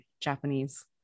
Japanese